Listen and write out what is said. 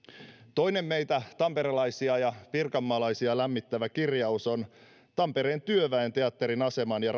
toinen meitä tamperelaisia ja pirkanmaalaisia lämmittävä kirjaus on tampereen työväen teatterin aseman ja